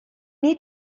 need